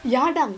yardang